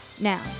Now